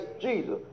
Jesus